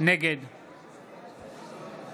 נגד